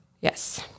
Yes